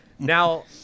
Now